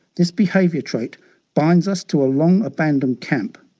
this behaviour trait binds us to a long abandoned camp,